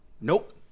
nope